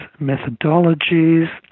methodologies